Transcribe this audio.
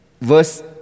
verse